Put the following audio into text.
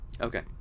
Okay